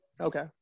Okay